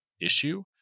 issue